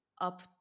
up